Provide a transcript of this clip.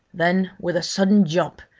then with a sudden jump,